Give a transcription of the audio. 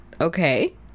okay